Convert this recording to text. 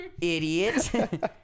idiot